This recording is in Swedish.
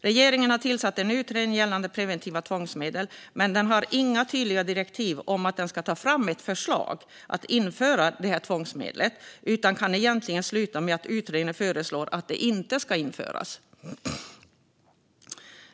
Regeringen har tillsatt en utredning gällande preventiva tvångsmedel, men den har inga tydliga direktiv om att den ska ta fram förslag att införa tvångsmedel, utan det kan egentligen sluta med att utredningen föreslår att de inte ska införas.